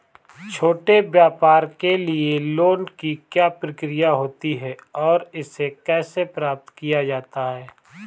छोटे व्यापार के लिए लोंन की क्या प्रक्रिया होती है और इसे कैसे प्राप्त किया जाता है?